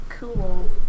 Cool